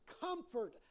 comfort